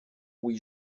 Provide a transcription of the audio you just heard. oui